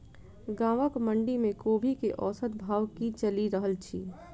गाँवक मंडी मे कोबी केँ औसत भाव की चलि रहल अछि?